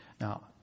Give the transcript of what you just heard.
Now